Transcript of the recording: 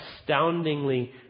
astoundingly